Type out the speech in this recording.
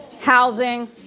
Housing